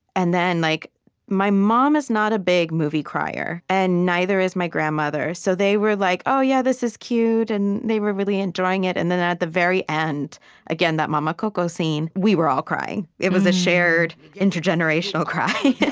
and then like my mom is not a big movie-crier, and neither is my grandmother. so they were like, oh, yeah, this is cute. and they were really enjoying it. and then, at the very end again, that mama coco scene, we were all crying. it was a shared, intergenerational cry.